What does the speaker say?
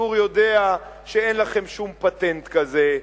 הציבור יודע שאין לכם שום פטנט כזה.